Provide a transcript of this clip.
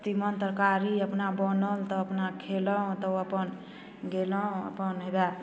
तीमन तरकारी अपना बनल तऽ अपना खेलहुँ तऽ ओ अपन गेलहुँ अपन हेबे